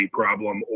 problem